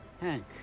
Hank